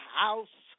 house